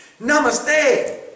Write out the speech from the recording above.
Namaste